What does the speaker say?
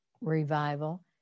revival